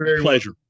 pleasure